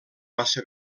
massa